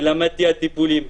ולמדתי על טיפולים,